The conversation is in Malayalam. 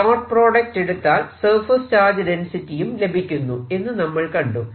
ഡോട്ട് പ്രോഡക്റ്റ് എടുത്താൽ സർഫേസ് ചാർജ് ഡെൻസിറ്റിയും ലഭിക്കുന്നു എന്ന് നമ്മൾ കണ്ടു